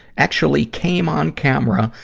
actually came on camera,